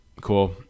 cool